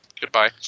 goodbye